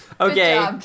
Okay